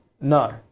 No